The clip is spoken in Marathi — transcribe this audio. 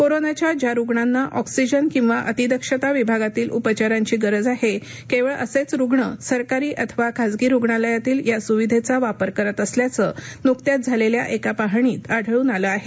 कोरोनाच्या ज्या रुग्णांना ऑक्सिजन किवा अतिदक्षता विभागातील उपचारांची गरज आहे केवळ असेच रुग्ण सरकारी अथवा खासगी रुग्णालयातील या सुविधेचा वापर करत असल्याचं नुकत्याच झालेल्या एका पाहणीत आढळून आलं आहे